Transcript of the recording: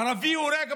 ערבי הורג ערבי,